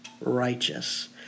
righteous